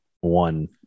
one